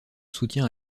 soutien